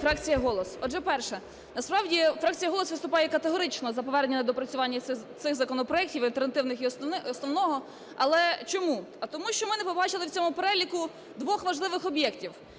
фракція "Голос". Отже, перше, насправді фракція "Голос" виступає категорично за повернення доопрацювання цих законопроектів – альтернативних і основного. Але чому? А тому що ми не побачили в цьому переліку двох важливих об'єктів.